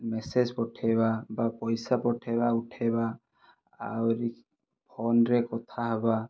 message ପଠେଇବା ବା ପଇସା ପଠେଇବା ଉଠେଇବା ଆଉ ଫୋନରେ କଥାହେବା